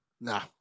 Nah